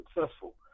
successful